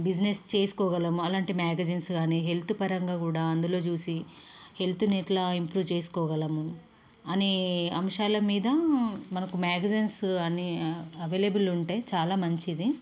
business చేసుకోగలము అలాంటి magazines కానీ హెల్త్ పరంగా కూడా అందులో చూసి హెల్త్ని ఎట్లా ఇంప్రూవ్ చేసుకోగలము అనే అంశాల మీద మనకు మ్యాగిజెన్స్ అన్నీ అవైలబుల్ ఉంటే చాలా మంచిది